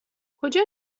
کجا